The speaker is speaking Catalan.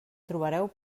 trobareu